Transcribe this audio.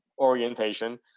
orientation